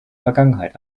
vergangenheit